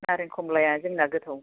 नारें खमलाया जोंना गोथाव